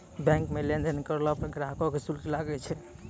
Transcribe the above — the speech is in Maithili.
बैंक मे लेन देन करलो पर ग्राहक के शुल्क लागै छै